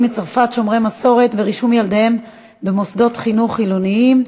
מצרפת שומרי מסורת ורישום ילדיהם במוסדות חינוך חילוניים,